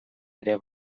ere